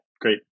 great